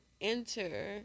enter